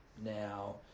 Now